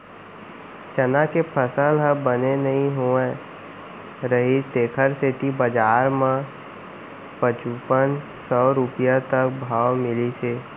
चना के फसल ह बने नइ होए रहिस तेखर सेती बजार म पचुपन सव रूपिया तक भाव मिलिस हे